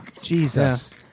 Jesus